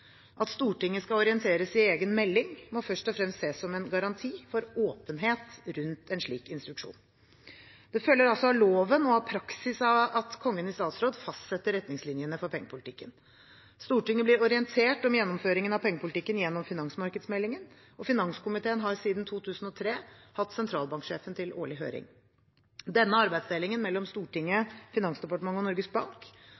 At Stortinget skal orienteres i egen melding, må først og fremst ses som en garanti for åpenhet rundt en slik instruksjon. Det følger altså av loven og av praksis at Kongen i statsråd fastsetter retningslinjene for pengepolitikken. Stortinget blir orientert om gjennomføringen av pengepolitikken gjennom finansmarkedsmeldingen, og finanskomiteen har siden 2003 hatt sentralbanksjefen til årlig høring. Denne arbeidsdelingen mellom